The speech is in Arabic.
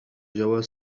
جواز